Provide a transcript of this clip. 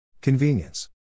Convenience